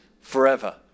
forever